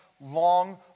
long